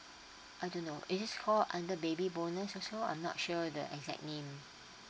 I don't know is it call under baby bonus also I'm not sure the exact name